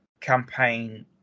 campaign